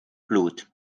blut